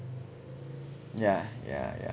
yeah yeah yeah